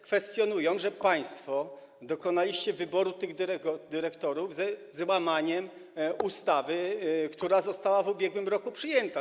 Kwestionują, że państwo dokonaliście wyboru tych dyrektorów ze złamaniem ustawy, która została w ubiegłym roku przyjęta.